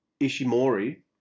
Ishimori